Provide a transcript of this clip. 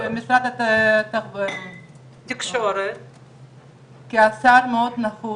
ומהעבודה הזאת לגבי פריסת הרשת הארצית והיעדים הכלליים ל-2040,